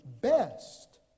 best